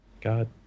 God